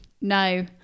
no